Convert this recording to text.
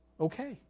Okay